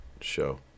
show